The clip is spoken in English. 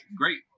great